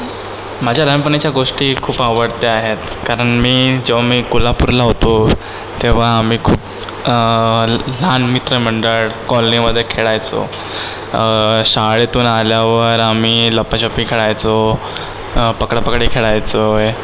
माझ्या लहानपणीच्या गोष्टी खूप आवडत्या आहेत कारण मी जेव्हा मी कोल्हापूरला होतो तेव्हा आम्ही खूप लहान मित्र मंडळ कॉलनीमध्ये खेळायचो शाळेतून आल्यावर आम्ही लपाछपी खेळायचो पकडापकडी खेळायचो आहे